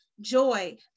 Joy